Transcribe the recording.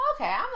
Okay